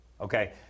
Okay